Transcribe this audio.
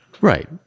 Right